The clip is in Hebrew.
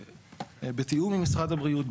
בתיאום עם משרד הבריאות,